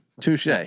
Touche